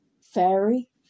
fairy